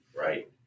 right